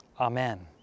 Amen